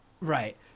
Right